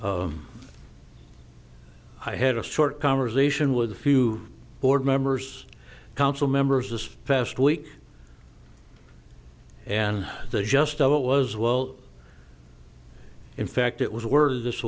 street i had a short conversation with a few board members council members this past week and they just of it was well in fact it was worded this